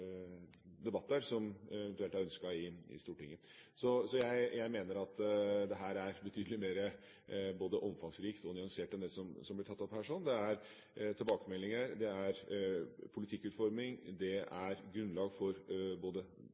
debatter som eventuelt er ønsket i Stortinget. Så jeg mener at dette er betydelig mer omfangsrikt og nyansert enn det som blir tatt opp her. Det er tilbakemeldinger, det er politikkutforming, det er grunnlag for både